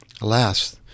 Alas